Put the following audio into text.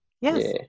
yes